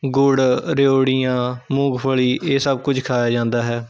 ਗੁੜ ਰਿਓੜੀਆਂ ਮੂੰਗਫ਼ਲੀ ਇਹ ਸਭ ਕੁਝ ਖਾਇਆ ਜਾਂਦਾ ਹੈ